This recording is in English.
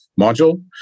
module